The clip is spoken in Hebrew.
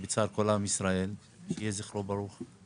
בצער כל עם ישראל, יהי זכרו ברוך.